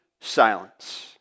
silence